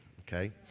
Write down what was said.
Okay